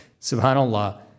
SubhanAllah